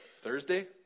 Thursday